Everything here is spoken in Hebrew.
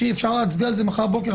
שיהיה אפשר להצביע על זה מחר בבוקר,